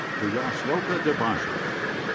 punyashloka debashis.